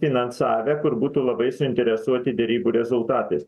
finansavę kur būtų labai suinteresuoti derybų rezultatais